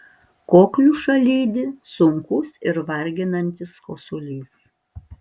kokliušą lydi sunkus ir varginantis kosulys